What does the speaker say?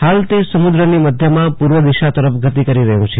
હાલ તે સમુદ્રની મધ્યમાં પૂર્વ દિશા તરફ ગતિ કરી રહ્યું છે